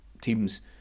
teams